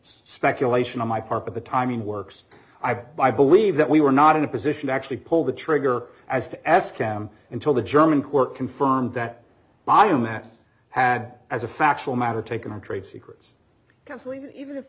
speculation on my part but the timing works i believe that we were not in a position to actually pull the trigger as to ask them until the german court confirmed that i am had had as a factual matter taken on trade secrets counsel even if